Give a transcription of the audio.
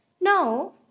No